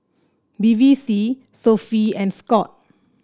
Bevy C Sofy and Scoot